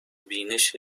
بینش